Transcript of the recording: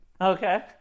Okay